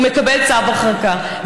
הוא מקבל צו הרחקה,